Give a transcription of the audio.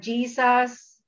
Jesus